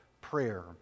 prayer